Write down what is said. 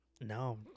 no